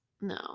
no